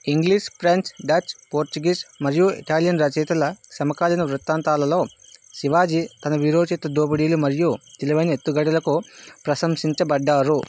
English French Dutch Portuguese మరియు Italian రచయితల సమకాలీన వృత్తాంతాలలో శివాజీ తన వీరోచిత దోపిడీలు మరియు తెలివైన ఎత్తుగడలకు ప్రశంసించబడ్డారు